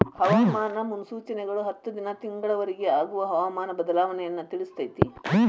ಹವಾಮಾನ ಮುನ್ಸೂಚನೆಗಳು ಹತ್ತು ದಿನಾ ತಿಂಗಳ ವರಿಗೆ ಆಗುವ ಹವಾಮಾನ ಬದಲಾವಣೆಯನ್ನಾ ತಿಳ್ಸಿತೈತಿ